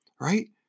right